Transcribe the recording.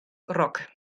roc